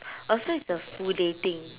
oh so it's a full day thing